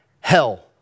hell